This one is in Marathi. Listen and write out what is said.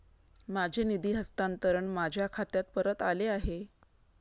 माझे निधी हस्तांतरण माझ्या खात्यात परत आले आहे